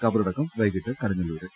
കബറടക്കം വൈകീട്ട് കടുങ്ങല്ലൂരിൽ